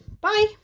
Bye